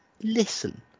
listen